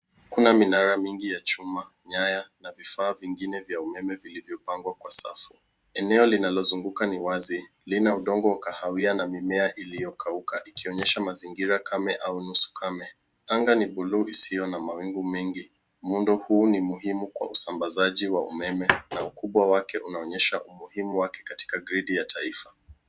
Kuna minara mingi ya chuma, nyaya na vifaa vingine vya umeme vilivyopangwa kwa safu. Eneo linalozunguka ni wazi, lina udongo wa kahawia na mimea iliyokauka ikionyesha mazingira kame au nusu kame. Anga ni bluu isiyo na mawingu mengi. Muundo huu ni muhimu kwa usambazaji wa umeme na ukubwa wake unaonyesha umuhimu wake katika gridi ya taifa.